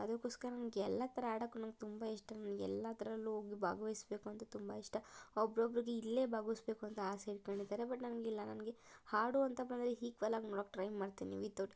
ಅದಕ್ಕೋಸ್ಕರ ನಂಗೆ ಎಲ್ಲ ಥರ ಹಾಡಕ್ಕೆ ನಂಗೆ ತುಂಬ ಇಷ್ಟ ನನ್ಗೆ ಎಲ್ಲದರಲ್ಲೂ ಹೋಗಿ ಭಾಗವಹಿಸಬೇಕು ಅಂತ ತುಂಬ ಇಷ್ಟ ಒಬ್ರೊಬ್ರುಗೆ ಇಲ್ಲೇ ಭಾಗವಹಿಸಬೇಕು ಅಂತ ಆಸೆ ಇಟ್ಕಂಡಿದ್ದಾರೆ ಬಟ್ ನನಗಿಲ್ಲ ನನಗೆ ಹಾಡು ಅಂತ ಬಂದರೆ ಈಕ್ವಲ್ ಆಗಿ ಮಾಡಕ್ಕೆ ಟ್ರೈ ಮಾಡ್ತೀನಿ ವಿಥ್